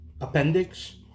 appendix